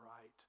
right